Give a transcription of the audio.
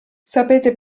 sapete